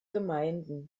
gemeinden